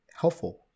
helpful